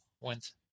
went